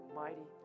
mighty